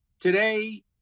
Today